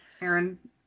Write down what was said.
Aaron